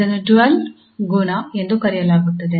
ಇದನ್ನು ಡುಯಲ್ ಗುಣ ಎಂದು ಕರೆಯಲಾಗುತ್ತದೆ